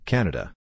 Canada